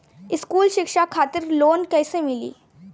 स्कूली शिक्षा खातिर लोन कैसे मिली?